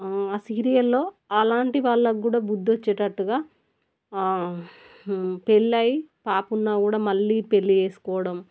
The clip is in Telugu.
ఆ సీరియల్లో అలాంటి వాళ్ళకు కూడా బుద్ది వచ్చేటట్టుగా పెళ్ళయి పాప ఉన్నా కూడా మళ్ళీ పెళ్ళి చేసుకోవడం